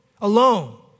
alone